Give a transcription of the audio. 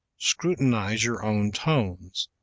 scrutinize your own tones.